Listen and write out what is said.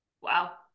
Wow